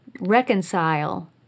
reconcile